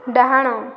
ଡାହାଣ